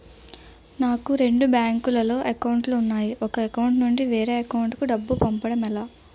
నాకు రెండు బ్యాంక్ లో లో అకౌంట్ లు ఉన్నాయి ఒక అకౌంట్ నుంచి వేరే అకౌంట్ కు డబ్బు పంపడం ఎలా?